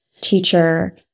teacher